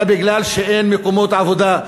אלא מפני שאין מקומות עבודה.